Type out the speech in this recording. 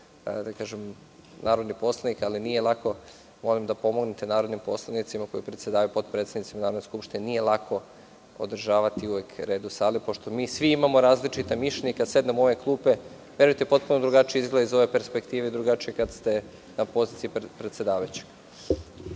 dosta dugo narodni poslanik, ali nije lako. Molim da pomognete narodnim poslanicima koji predsedavaju, potpredsednicima Narodne skupštine, jer nije lako uvek održavati red u sali, pošto mi svi imamo različita mišljenja i kada sednemo u ove klupe, verujte, potpuno drugačije izgleda iz ove perspektive, a drugačije kada ste na poziciji predsedavajućeg.